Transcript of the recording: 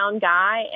guy